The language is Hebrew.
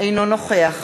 אינו נוכח